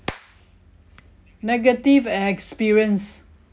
negative experience